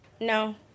No